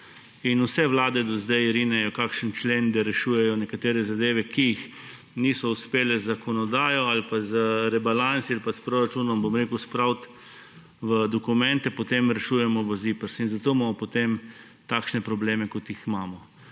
in vse vlade do zdaj rinejo kakšen člen, da rešujejo nekatere zadeve, ki jih niso uspelo z zakonodajo ali pa z rebalansi ali pa s proračunom spraviti v dokument, in to potem rešujemo v ZIPRS. Zato imamo potem takšne probleme, kot jih imamo.